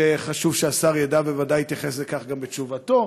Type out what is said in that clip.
שחשוב שהשר ידע ובוודאי יתייחס לכך גם בתשובתו,